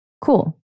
Cool